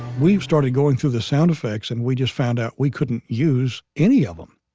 we started going through the sound effects, and we just found out we couldn't use any of them.